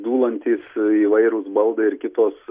dūlantys įvairūs baldai ir kitos